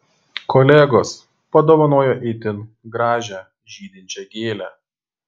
kolegos padovanojo itin gražią žydinčią gėlę